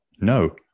No